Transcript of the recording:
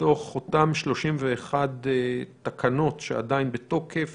מתוך אותן 31 תקנות שעדיין בתוקף